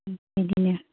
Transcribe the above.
बेबायदिनो